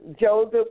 Joseph